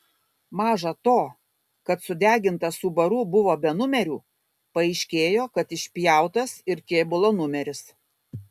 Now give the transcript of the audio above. maža to kad sudegintas subaru buvo be numerių paaiškėjo kad išpjautas ir kėbulo numeris